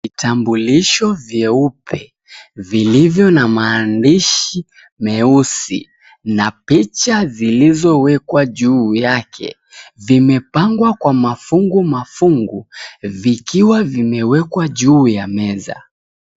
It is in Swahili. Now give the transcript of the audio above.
Vitambulisho vyeupe vilivyo na maaandishi meusi na picha zilizowekwa juu yake, vimepangwa kwa mafungu mafungu vikiwa vimewekwa juu ya meza.